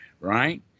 right